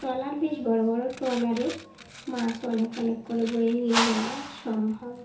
trawler বেশ বড়ো বড়ো ট্রলারে মাছ অনেক অনেক করে বয়ে নিয়ে যাওয়া সম্ভব